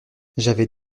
j’avais